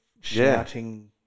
shouting